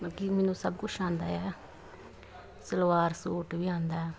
ਮਲਕੀ ਮੈਨੂੰ ਸਭ ਕੁਝ ਆਉਂਦਾ ਆ ਸਲਵਾਰ ਸੂਟ ਵੀ ਆਉਂਦਾ